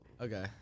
Okay